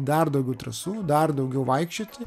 dar daugiau trasų dar daugiau vaikščioti